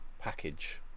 package